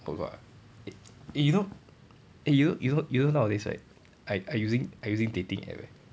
oh got ah eh eh you know eh you know you know you know nowadays right I I using I using dating app eh